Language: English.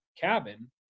cabin